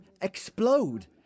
explode